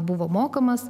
buvo mokamas